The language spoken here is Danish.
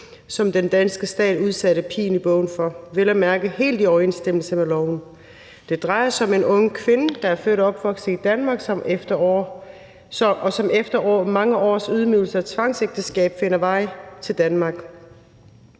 som den danske stat udsatte pigen i bogen for, vel at mærke helt i overensstemmelse med loven. Det drejer sig om en ung kvinde, der er født og opvokset i Danmark, og som efter mange års ydmygelse og tvangsægteskab finder vej til Danmark,